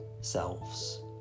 selves